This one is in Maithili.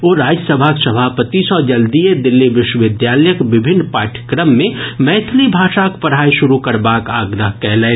ओ राज्य सभाक सभापति सॅ जल्दीए दिल्ली विश्वविद्यालयक विभिन्न पाठ्यक्रम मे मैथिली भाषाक पढ़ाई शुरू करबाक आग्रह कयलनि